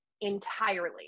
entirely